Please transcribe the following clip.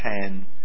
ten